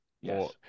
Yes